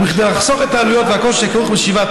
וכדי לחסוך את העלויות והקושי הכרוך בשאיבת